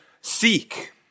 seek